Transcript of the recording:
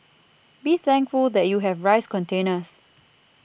be thankful that you have rice containers